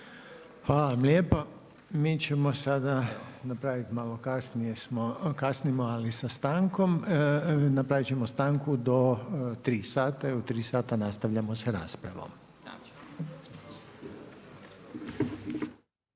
Hvala vam lijepa. Mi ćemo sada napraviti, malo kasnimo ali napraviti ćemo stanku do 15h i u 15h nastavljamo sa raspravom.